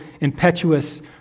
impetuous